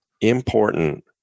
important